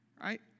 Right